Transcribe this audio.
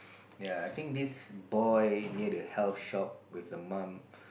ya I think this boy near the health shop with the mum